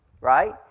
right